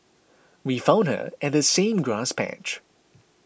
we found her at the same grass patch